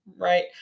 right